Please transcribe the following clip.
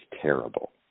terrible